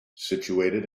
situated